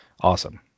Awesome